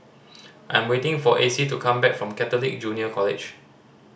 I'm waiting for Acy to come back from Catholic Junior College